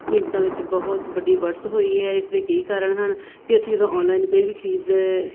ਕੀਮਤਾਂ ਵਿੱਚ ਬਹੁਤ ਵੱਡੀ ਬੜਤ ਹੋਈ ਹੈ ਇਸਦੇ ਕੀ ਕਾਰਨ ਹਨ ਅਤੇ ਅਸੀਂ ਜਦੋਂ ਔਨਲਾਈਨ ਕੋਈ ਵੀ ਖਰੀਦ